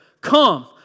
come